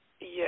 Yes